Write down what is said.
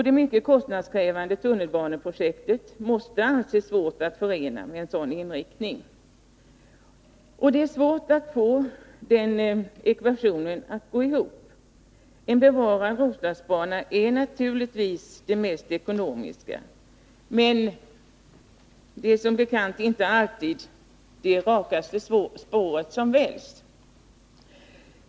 Det mycket kostnadskrävande tunnelbaneprojektet måste anses vara svårt att förena med en sådan inriktning. Det är svårt att få den ekvationen att gå ihop. En bevarad Roslagsbana är naturligtvis det mest ekonomiska. Men det är som bekant inte alltid det rakaste spåret som väljs.